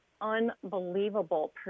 unbelievable